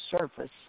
surface